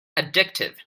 addictive